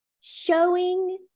showing